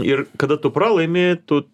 ir kada tu pralaimi tu